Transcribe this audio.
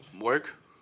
Work